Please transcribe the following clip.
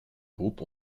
groupe